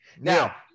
now